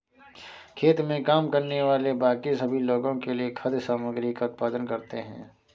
खेत में काम करने वाले बाकी सभी लोगों के लिए खाद्य सामग्री का उत्पादन करते हैं